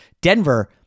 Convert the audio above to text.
Denver